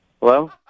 Hello